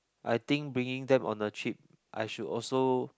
I think bringing them on a trip I should also